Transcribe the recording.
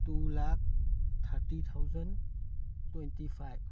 two lakh thirty thousand twenty five